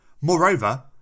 Moreover